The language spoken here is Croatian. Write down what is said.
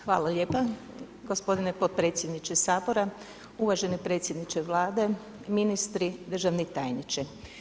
Hvala lijepa gospodine potpredsjedniče Sabora, uvaženi predsjedniče Vlade, ministri, državni tajniče.